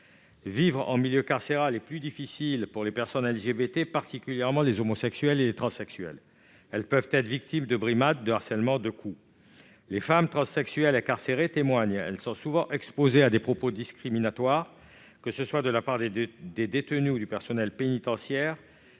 Vivre en milieu carcéral est plus difficile pour les personnes LGBT, en particulier pour les homosexuels et les transsexuels, qui peuvent être victimes de brimades, de harcèlements et de coups. Les femmes transsexuelles incarcérées témoignent être souvent exposées à des propos discriminatoires, de la part tant des autres détenues que du personnel pénitentiaire,